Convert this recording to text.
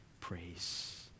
praise